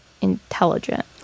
intelligent